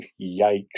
Yikes